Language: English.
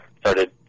started